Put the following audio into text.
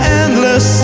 endless